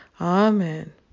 Amen